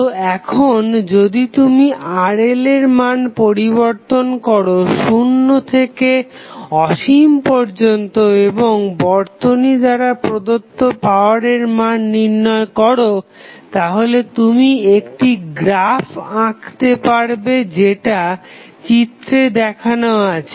তো এখন যদি তুমি RL এর মান পরিবর্তন করো শুন্য থেকে মনে করো অসীম পর্যন্ত এবং বর্তনী দ্বারা প্রদত্ত পাওয়ারের মান নির্ণয় করো তাহলে তুমি একটি গ্রাফ আঁকতে পারবে যেটা চিত্রে দেখানো আছে